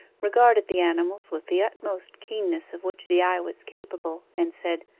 regarded the animals with the utmost keenness of which the eye was capable, and said,